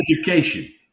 education